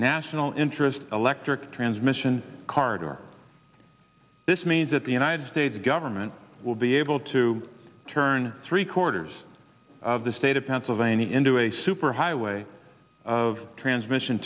national interest electric transmission card or this means that the united states government will be able to turn three quarters of the state of pennsylvania into a superhighway of transmission